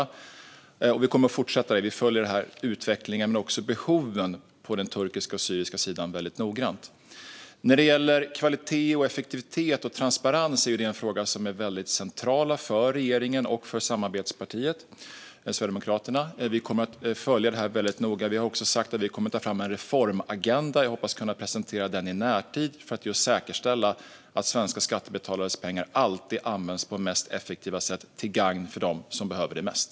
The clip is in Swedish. Vi kommer också att fortsätta med det. Vi följer utvecklingen men också behoven på den turkiska och syriska sidan väldigt noggrant. När det gäller kvalitet, effektivitet och transparens är det frågor som är väldigt centrala för regeringen och för samarbetspartiet Sverigedemokraterna. Vi kommer att följa detta väldigt noga. Vi har också sagt att vi kommer att ta fram en reformagenda, som jag hoppas kunna presentera i närtid, just för att säkerställa att svenska skattebetalares pengar alltid används på det mest effektiva sättet och till gagn för dem som behöver det mest.